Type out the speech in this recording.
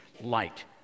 light